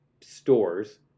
stores